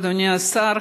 אדוני השר,